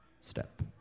step